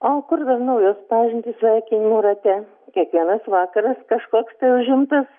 o kur dar naujos pažintys sveikinimų rate kiekvienas vakaras kažkoks tai užimtas